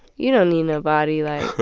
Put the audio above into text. you know need nobody. like,